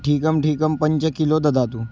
ठीगं ठीगं पञ्चकिलो ददातु